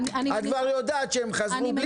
את כבר יודעת שהם חזרו,